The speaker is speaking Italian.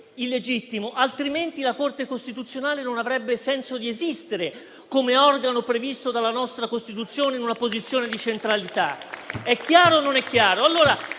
illegittimo; altrimenti la Corte costituzionale non avrebbe senso di esistere come organo previsto dalla nostra Costituzione in una posizione di centralità. È chiaro o non è chiaro?